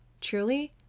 truly